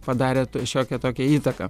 padarė šiokią tokią įtaką